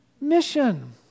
mission